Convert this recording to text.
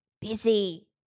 Busy